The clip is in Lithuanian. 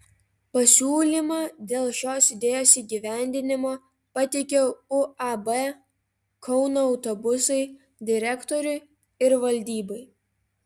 pasiūlymą dėl šios idėjos įgyvendinimo pateikiau uab kauno autobusai direktoriui ir valdybai